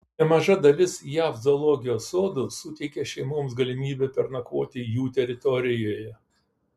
nemaža dalis jav zoologijos sodų suteikia šeimoms galimybę pernakvoti jų teritorijoje